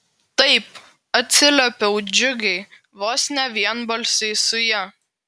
taip atsiliepiau džiugiai vos ne vienbalsiai su ja